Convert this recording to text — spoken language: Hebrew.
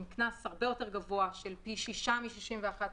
עם קנס הרבה יותר גבוה, של פי שישה מ-61(א)(4).